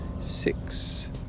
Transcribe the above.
six